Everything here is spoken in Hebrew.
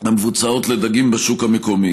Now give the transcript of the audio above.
הנעשות לדגים בשוק המקומי.